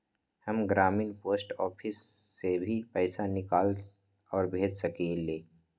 हम ग्रामीण post office से भी पैसा निकाल और भेज सकेली?